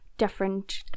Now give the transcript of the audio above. different